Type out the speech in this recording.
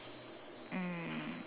um